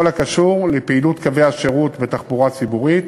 בכל הקשור לפעילות קווי השירות בתחבורה הציבורית